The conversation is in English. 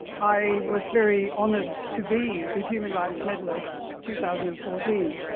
i was very honored to be the human rights medalist two thousand and fourteen.